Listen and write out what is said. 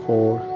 Four